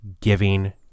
giving